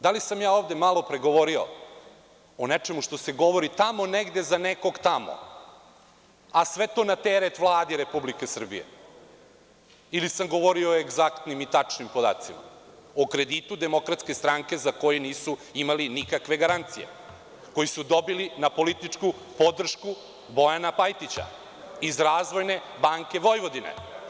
Da li sam ja ovde malopre govorio o nečemu što se govori tamo negde za nekog tamo, a sve to na teret Vladi Republike, ili sam govorio o egzaktnim, tačnim podacima, o kreditu DS za koje nisu imali nikakve garancije, koji su dobili na političku podršku Bojana Pajtića iz „Razvojne banke Vojvodine“